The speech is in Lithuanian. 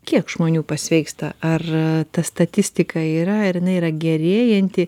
kiek žmonių pasveiksta ar ta statistika yra ir jinai yra gerėjanti